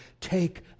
take